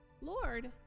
Lord